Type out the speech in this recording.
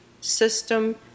system